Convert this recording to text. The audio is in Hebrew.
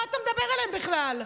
מה אתה מדבר עליהם בכלל?